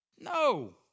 No